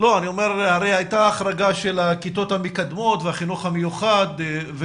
הייתה החרגה של הכיתות המקדמות והחינוך המיוחד.